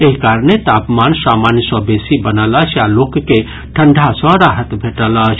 एहि कारणे तापमान सामान्य सँ बेसी बनल अछि आ लोक के ठंडा सँ राहत भेटल अछि